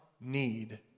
need